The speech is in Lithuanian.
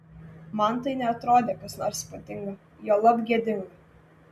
man tai neatrodė kas nors ypatinga juolab gėdinga